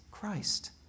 Christ